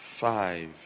five